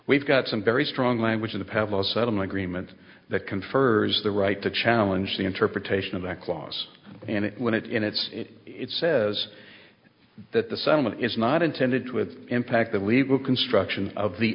we've got some very strong language in the pavlos settlement agreement that confers the right to challenge the interpretation of that clause and when it in its it says that the settlement is not intended with impact the legal construction of the